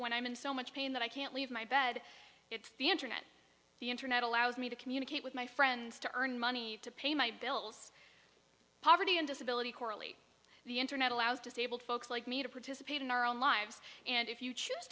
when i'm in so much pain that i can't leave my bed it's the internet the internet allows me to communicate with my friends to earn money to pay my bills poverty and disability coralie the internet allows disabled folks like me to participate in our own lives and if you choose